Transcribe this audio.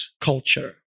culture